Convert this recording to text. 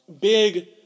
Big